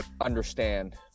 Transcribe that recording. understand